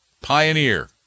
pioneer